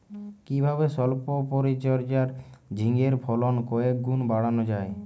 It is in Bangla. কিভাবে সল্প পরিচর্যায় ঝিঙ্গের ফলন কয়েক গুণ বাড়ানো যায়?